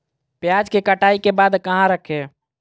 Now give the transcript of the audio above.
प्याज के कटाई के बाद कहा रखें?